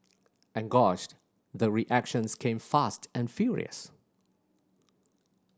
and gosh the reactions came fast and furious